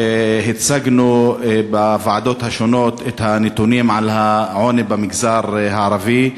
הצגנו בוועדות השונות את הנתונים על העוני במגזר הערבי,